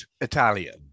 Italian